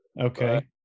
Okay